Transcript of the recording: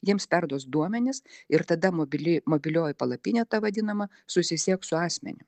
jiems perduos duomenis ir tada mobili mobilioji palapinė ta vadinama susisieks su asmeniu